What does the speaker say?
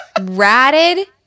ratted